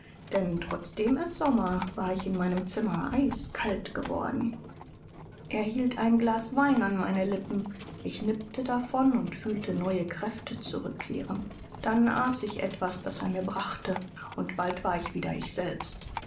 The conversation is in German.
denn trotzdem es sommer war ich in meinem zimmer eiskalt geworden er hielt ein glas wein an meine lippen ich nippte davon und fühlte neue kräfte zurückkehren dann aß ich etwas das er mir brachte und bald war ich wieder ich selbst